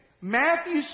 Matthew